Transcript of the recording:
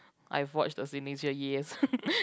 I forge the signature yes